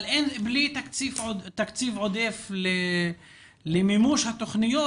אבל בלי תקציב עודף למימוש התוכניות,